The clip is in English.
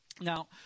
Now